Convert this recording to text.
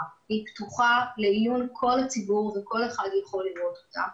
והיא פתוחה לעיון כל הציבור וכל אחד יכול לראות אותה.